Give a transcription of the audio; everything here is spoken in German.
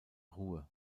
ruhe